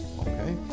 Okay